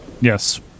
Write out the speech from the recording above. Yes